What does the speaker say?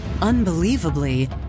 unbelievably